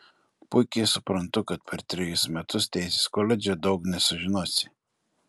puikiai suprantu kad per trejus metus teisės koledže daug nesužinosi